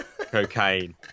cocaine